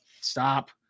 stop